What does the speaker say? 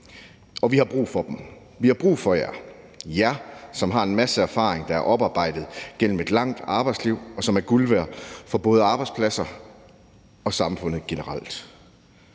Og vi har brug for dem, vi har brug for jer – jer, som har en masse erfaring, der er oparbejdet igennem et langt arbejdsliv, og som er guld værd for både arbejdspladser og samfundet generelt.